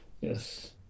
Yes